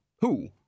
Who